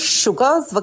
sugars